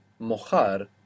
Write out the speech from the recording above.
Mojar